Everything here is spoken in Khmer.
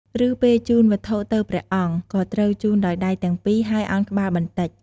ឬពេលជូនវត្ថុទៅព្រះអង្គ ក៏ត្រូវជូនដោយដៃទាំងពីរ ហើយឱនក្បាលបន្តិច។